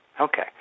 Okay